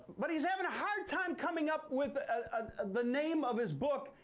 but he's having a hard time coming up with ah the name of his book,